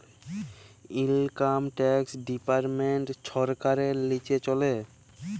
income tax department ছরকারের লিচে চলে